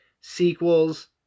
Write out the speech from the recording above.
sequels